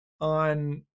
on